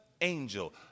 angel